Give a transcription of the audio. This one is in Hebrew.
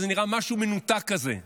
וזה נראה משהו מנותק כזה,